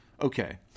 okay